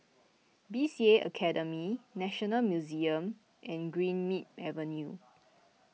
B C A Academy National Museum and Greenmead Avenue